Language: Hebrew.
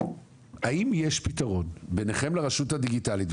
האם יש פתרון ביניכם לבין הרשות הדיגיטלית,